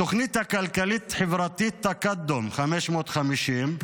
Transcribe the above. מהתוכנית הכלכלית-חברתית תקאדום, 550,